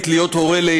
הוא בכל מקרה